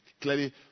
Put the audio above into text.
clearly